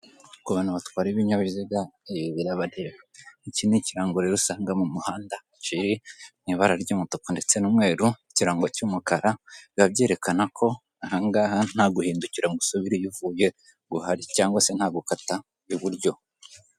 Ku bantu batwara ibinyabiziga ibi birabareba, iki ni ikirango rero usanga mu muhanda, kiri mu ibara ry'umutuku ndetse n'umweru ikirango cy'umukara biba byerekana ko ahangaha nta guhindukira ngo usubire iyo uvuye guhari cyangwag se nta gukata iburyo.